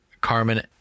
Carmen